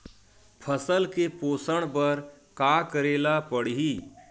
फसल के पोषण बर का करेला पढ़ही?